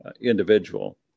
individual